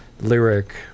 lyric